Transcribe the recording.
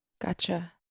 Gotcha